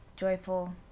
joyful